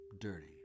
dirty